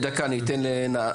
דקה, אני אתן לנעמה.